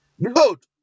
Behold